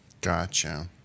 Gotcha